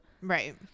Right